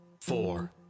four